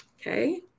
okay